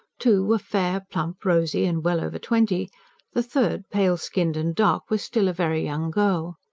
two were fair, plump, rosy, and well over twenty the third, pale-skinned and dark, was still a very young girl.